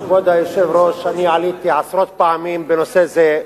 כבוד היושב-ראש, אני עליתי עשרות פעמים בנושא זה.